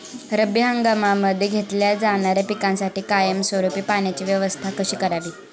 रब्बी हंगामामध्ये घेतल्या जाणाऱ्या पिकांसाठी कायमस्वरूपी पाण्याची व्यवस्था कशी करावी?